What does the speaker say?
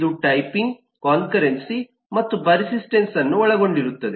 ಇದು typing concurrency ಮತ್ತು persistence ಅನ್ನು ಒಳಗೊಂಡಿರುತ್ತದೆ